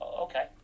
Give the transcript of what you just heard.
Okay